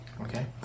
Okay